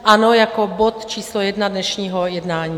Ano, jako bod číslo 1 dnešního jednání.